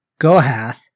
Gohath